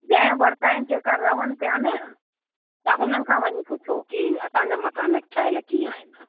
जंहिं वठिता आहिनि जेका रहनि पिया न त हुननि खे वञी पुछो की असांजा मकान ठहियल कीअं आहिनि